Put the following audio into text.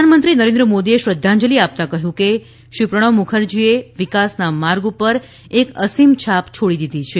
પ્રધાનમંત્રી નરેન્દ્ર મોદીએ શ્રદ્ધાંજલિ આપતાં કહ્યું કે શ્રી પ્રણવ મુખર્જીએ વિકાસના માર્ગ ઉપર એક અસીમ છાપ છોડી દીધી છે